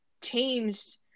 changed